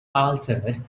altered